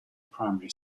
primary